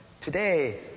today